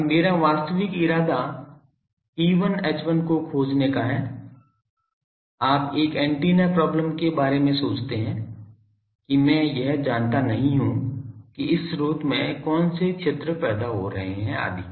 अब मेरा वास्तविक इरादा E1 H1 को खोजने का है आप एक एंटीना प्रॉब्लम के बारे में सोचते हैं कि मैं यह जानना नहीं चाहता हूं कि इस स्रोत में कौन से क्षेत्र पैदा हो रहे हैं आदि